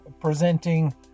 presenting